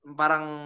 parang